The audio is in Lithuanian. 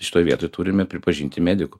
šitoj vietoj turime pripažinti medikų